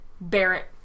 Barrett